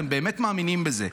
אתם באמת מאמינים בזה.